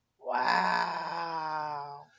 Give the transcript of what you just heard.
Wow